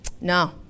No